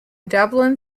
dublin